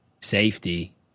Safety